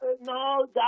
No